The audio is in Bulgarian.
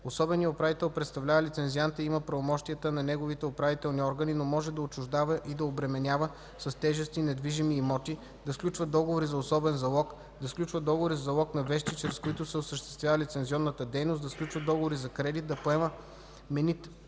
Особеният управител представлява лицензианта и има правомощията на неговите управителни органи, но може да отчуждава и да обременява с тежести недвижими имоти, да сключва договори за особен залог, да сключва договори за залог на вещи, чрез които се осъществява лицензионната дейност, да сключва договори за кредит, да поема